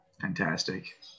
Fantastic